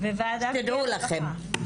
שתדעו לכם.